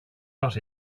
got